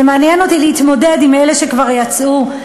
זה מעניין אותי להתמודד עם אלה שכבר יצאו,